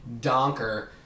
donker